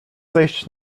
zejść